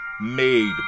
made